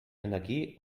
energie